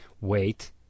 Wait